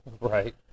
right